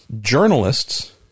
journalists